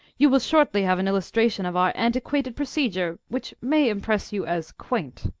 you will shortly have an illustration of our antiquated procedure, which may impress you as quaint.